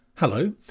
Hello